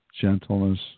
gentleness